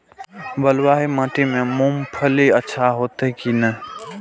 बलवाही माटी में मूंगफली अच्छा होते की ने?